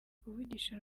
kuvugisha